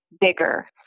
bigger